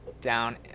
down